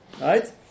right